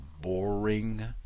boring